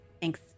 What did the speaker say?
Thanks